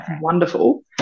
wonderful